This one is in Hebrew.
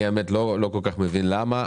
אני לא כל כך מבין למה.